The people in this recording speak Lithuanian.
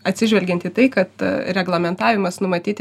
atsižvelgiant į tai kad reglamentavimas numatyti